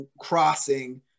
crossing